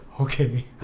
okay